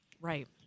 Right